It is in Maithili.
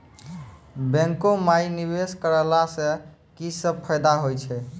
बैंको माई निवेश कराला से की सब फ़ायदा हो छै?